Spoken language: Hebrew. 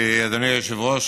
אדוני היושב-ראש,